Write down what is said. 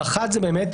האחת זה באמת,